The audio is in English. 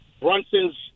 Brunson's